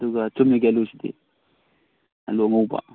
ꯑꯗꯨꯒ ꯆꯨꯝꯅꯒꯤ ꯑꯥꯜꯂꯨꯁꯤꯗꯤ ꯑꯥꯜꯂꯨ ꯑꯉꯧꯕ